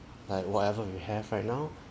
like whatever we have right now